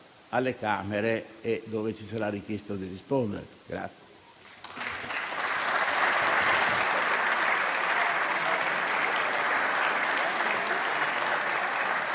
alle Camere e dove ci sarà richiesto di rispondere.